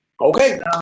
Okay